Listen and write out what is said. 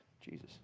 Jesus